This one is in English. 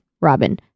Robin